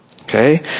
Okay